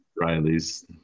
Riley's